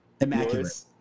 immaculate